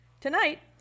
Tonight